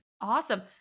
Awesome